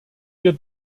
wir